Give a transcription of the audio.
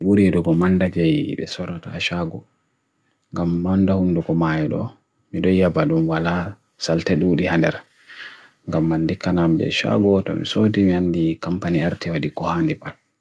Hayreji jangoɓe ɗiɗi ko suufere e hakoreji miijeeji. Hayreji nafoore njahi tawa e tawa subonga jangoɓe, wi'a laawol ngal ngam daande ɓe fowru.